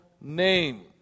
name